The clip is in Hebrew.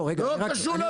לא קשור להסכמות.